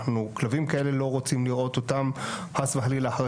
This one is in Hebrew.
אנחנו לא רוצים לראות כלבים כאלה חס וחלילה אחרי